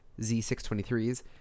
Z623s